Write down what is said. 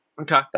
Okay